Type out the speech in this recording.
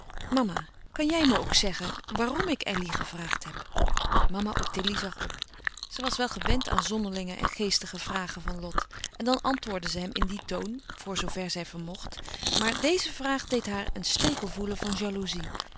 mama kan jij me ook zeggen waarom ik elly gevraagd heb mama ottilie zag op ze was wel gewend aan zonderlinge en geestige vragen van lot en dan antwoordde ze hem in dien toon louis couperus van oude menschen de dingen die voorbij gaan voor zoo ver zij vermocht maar deze vraag deed haar een stekel voelen van jaloezie